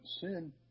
sin